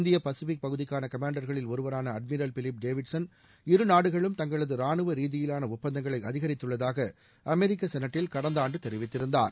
இந்திய பசிபிக் பகுதிக்கான கமாண்டர்களில் ஒருவரான அட்மிரல் பிலிப் டேவிட்சன் இருநாடுகளும் தங்களது ரானுவ ரீதியிவான ஒப்பந்தங்களை அதிகரித்துள்ளதாக அவர் அமெரிக்க செனட்டில் கடந்த ஆண்டு தெரிவித்திருந்தார்